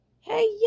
hey